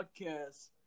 Podcast